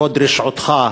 הוד רשעותך",